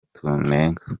tunenga